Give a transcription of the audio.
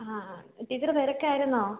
ആ ആ ടീച്ചർ തിരക്കായിരുന്നോ